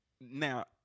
Now